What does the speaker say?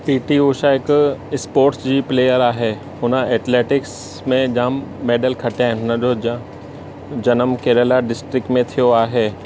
P T Usha हिकु sports जी player आहे हुन एथलैटिक्स में जाम मैडल खटिया आहिनि हुन जो ज जन्म केरला डिस्ट्रिक में थियो आहे